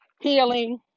healing